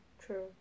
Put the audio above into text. True